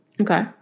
Okay